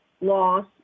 loss